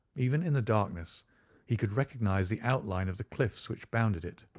even in the darkness he could recognize the outline of the cliffs which bounded it.